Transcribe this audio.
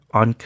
on